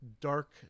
dark